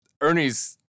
Ernie's